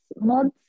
mods